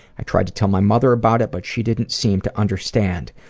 i tried to tell my mother about it but she didn't seem to understand.